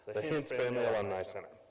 the hintz family alumni center.